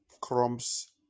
crumbs